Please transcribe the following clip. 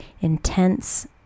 intense